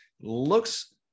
looks